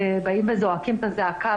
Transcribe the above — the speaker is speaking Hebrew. באים וזועקים את הזעקה,